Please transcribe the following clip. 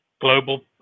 global